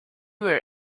were